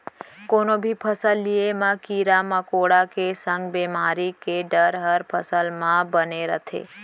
कोनो भी फसल लिये म कीरा मकोड़ा के संग बेमारी के डर हर फसल मन म बने रथे